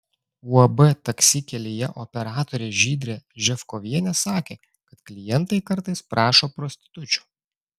uab taksi kelyje operatorė žydrė ževkovienė sakė kad klientai kartais prašo prostitučių